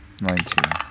Nineteen